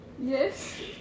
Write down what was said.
Yes